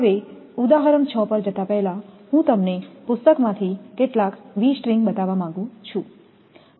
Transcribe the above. હવે ઉદાહરણ 6 પર જતા પહેલાં હું તમને પુસ્તકમાંથી કેટલાક V સ્ટ્રિંગ બતાવવા માંગું છું